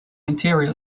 interior